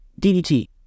DDT